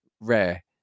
rare